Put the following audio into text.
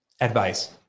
Advice